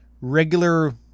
regular